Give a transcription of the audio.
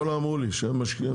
קוקה קולה אמרו לי שהם משקיעים בזה.